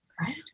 right